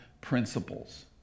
principles